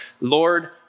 Lord